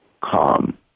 Calm